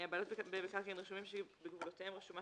14ג.הבעלות במקרקעין רשומים שבגבולותיהם רשומה